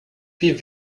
wie